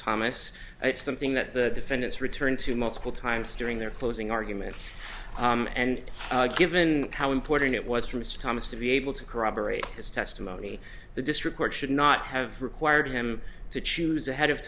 thomas it's something that the defendants return to multiple times during their closing arguments and given how important it was for mr thomas to be able to corroborate his testimony the district court should not have required him to choose ahead of